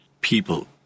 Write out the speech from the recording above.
people